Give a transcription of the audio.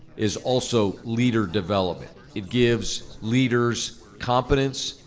is also leader development. it gives leaders competence,